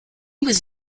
was